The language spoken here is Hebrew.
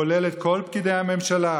הכולל את כל פקידי הממשלה,